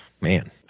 man